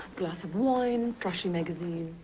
glass of wine, trashy magazine.